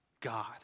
God